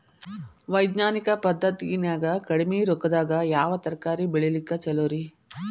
ವೈಜ್ಞಾನಿಕ ಪದ್ಧತಿನ್ಯಾಗ ಕಡಿಮಿ ರೊಕ್ಕದಾಗಾ ಯಾವ ತರಕಾರಿ ಬೆಳಿಲಿಕ್ಕ ಛಲೋರಿ?